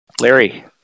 Larry